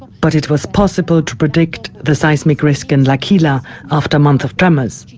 but it was possible to predict the seismic risk in l'aquila after a month of tremors.